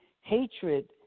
hatred